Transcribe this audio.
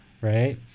right